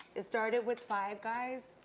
it started with five guys,